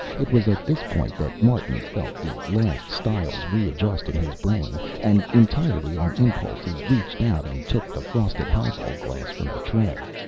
it was at this point that martin felt the last stiles readjust in his brain, and entirely on impulse he reached out and took the frosted highball glass from the tray.